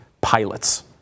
pilots